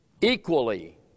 equally